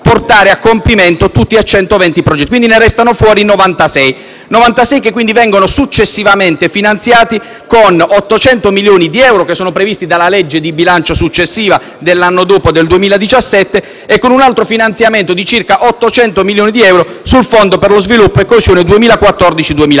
portare a compimento tutti i 120 progetti. Ne restano fuori 96, che vengono poi finanziati con 800 milioni di euro previsti dalla legge di bilancio successiva (quella per il 2017) e con un altro finanziamento di circa 800 milioni di euro sul Fondo per lo sviluppo e coesione 2014-2020.